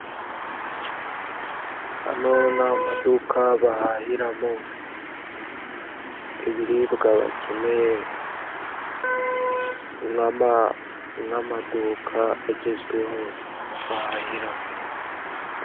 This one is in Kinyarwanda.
Hano ni amaduka bahahiramo ibiribwa bakeneye, ni nk'amaduka agezweho bahahiramo.